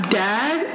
dad